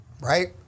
Right